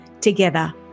Together